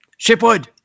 Shipwood